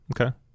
Okay